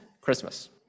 Christmas